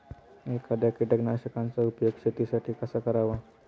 एखाद्या कीटकनाशकांचा उपयोग शेतीसाठी कसा करावा?